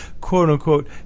quote-unquote